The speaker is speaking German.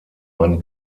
mann